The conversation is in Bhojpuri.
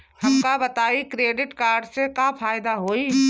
हमका बताई क्रेडिट कार्ड से का फायदा होई?